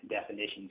definitions